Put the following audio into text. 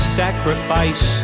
sacrifice